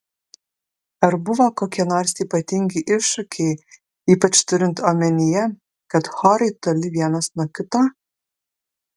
ar buvo kokie nors ypatingi iššūkiai ypač turint omenyje kad chorai toli vienas nuo kito